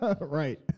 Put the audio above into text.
Right